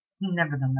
Nevertheless